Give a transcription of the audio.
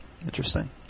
Interesting